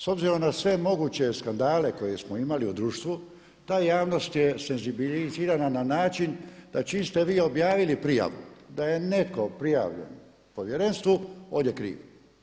S obzirom na sve moguće skandale koje smo imali u društvu ta javnost je senzibilizirana na način da čim ste vi objavili prijavu da je netko prijavljen Povjerenstvu, on je kriv.